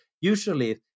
usually